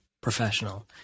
professional